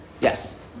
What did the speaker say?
Yes